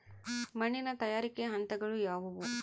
ಮಣ್ಣಿನ ತಯಾರಿಕೆಯ ಹಂತಗಳು ಯಾವುವು?